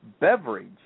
beverage